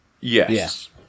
Yes